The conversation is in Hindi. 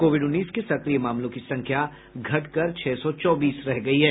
कोविड उन्नीस के सक्रिय मामलों की संख्या घटकर छह सौ चौबीस रह गयी है